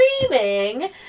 screaming